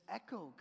echo